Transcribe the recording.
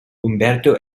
umberto